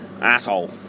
Asshole